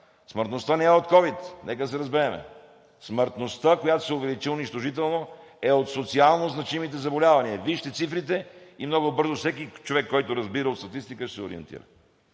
смъртността не е от ковид. Нека се разберем! Смъртността, която се увеличи унищожително, е от социалнозначимите заболявания. Вижте цифрите и много бързо всеки човек, който разбира от статистика, ще се ориентира.